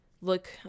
look